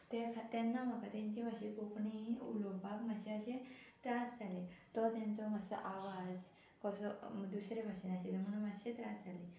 तें खातीर तेन्ना म्हाका तेंची मात्शी कोंकणी उलोवपाक मात्शे अशे त्रास जाले तो तेंचो मात्सो आवाज कसो दुसरे भाशेन आशिल्ले म्हणून मात्शे त्रास जाले